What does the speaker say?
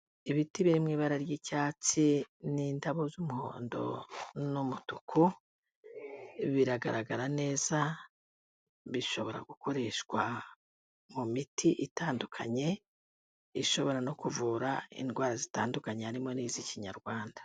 Ibiti biririmo ibara ry'icyatsi n'indabo z'umuhondo n'umutuku, biragaragara neza bishobora gukoreshwa mu miti itandukanye ishobora no kuvura indwara zitandukanye harimo n'iz'ikinyarwanda.